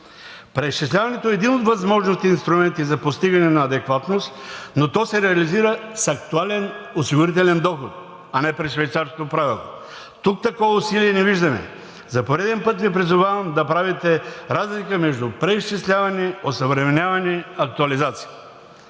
Преизчисляването е един от възможните инструменти за постигане на адекватност, но то се реализира с актуален осигурителен доход, а не през Швейцарското правило. Тук такова усилие не виждаме. За пореден път Ви призовавам да правите разлика между преизчисляване, осъвременяване, актуализация.